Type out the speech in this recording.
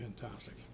fantastic